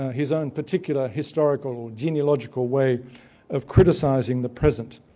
his own particular historical, genealogical way of criticizing the present.